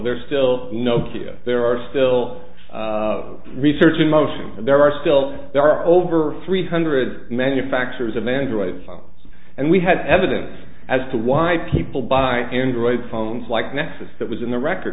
there's still nokia there are still research in motion and there are still there are over three hundred manufacturers of android phones and we had evidence as to why people buy android phones like nexus that was in the record